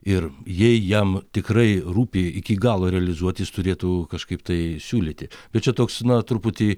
ir jei jam tikrai rūpi iki galo realizuoti jis turėtų kažkaip tai siūlyti bet čia toks na truputį